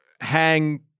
hang